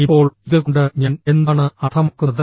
ഇപ്പോൾ ഇത് കൊണ്ട് ഞാൻ എന്താണ് അർത്ഥമാക്കുന്നത്